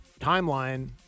timeline